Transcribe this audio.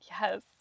Yes